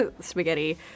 spaghetti